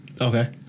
Okay